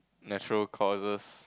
natural causes